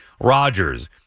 Rodgers